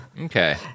Okay